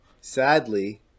Sadly